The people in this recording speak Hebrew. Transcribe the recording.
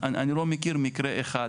אני לא מכיר מקרה אחד